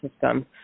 system